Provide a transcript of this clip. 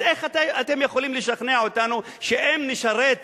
אז איך אתם יכולים לשכנע אותנו שאם נשרת